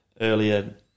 earlier